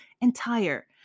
entire—